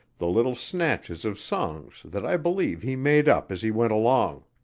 the little snatches of songs that i believe he made up as he went along.